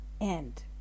end